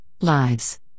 Lives